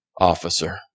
officer